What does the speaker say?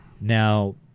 Now